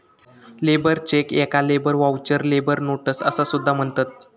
labour check याका labour voucher, labour notes असा सुद्धा म्हणतत